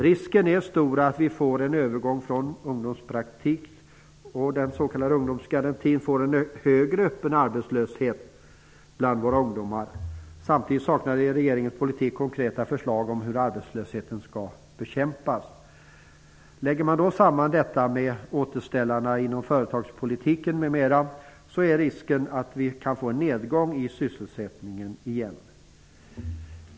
Risken är stor att vi genom en övergång från ungdomspraktik till s.k. ungdomsgaranti får en högre öppen arbetslöshet bland våra ungdomar. Samtidigt saknas det i regeringens politik konkreta förslag till hur arbetslösheten skall bekämpas. Lägger man samman detta med "återställarna" inom företagspolitiken m.m., kan man konstatera att risken blir stor för att vi får en nedgång i sysselsättningen igen.